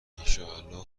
انشااله